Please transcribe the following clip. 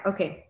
Okay